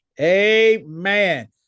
amen